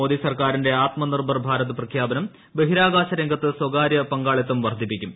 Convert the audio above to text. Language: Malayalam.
മോദി സർക്കാരിന്റെ ആത്മ നിർഭർ ഭാരത് പ്രഖ്യാപനം ബഹിരാകാശ രംഗത്ത് സ്വകാര്യ പങ്കാളിത്തം വർദ്ധിപ്പിക്കും